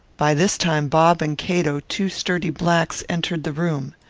by this time, bob and cato, two sturdy blacks, entered the room.